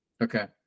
Okay